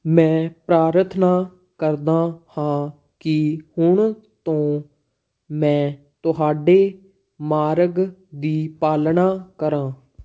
ਮੈਂ ਪ੍ਰਾਰਥਨਾ ਕਰਦਾ ਹਾਂ ਕਿ ਹੁਣ ਤੋਂ ਮੈਂ ਤੁਹਾਡੇ ਮਾਰਗ ਦੀ ਪਾਲਣਾ ਕਰਾਂ